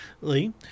Lee